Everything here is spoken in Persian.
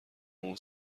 اون